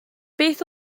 beth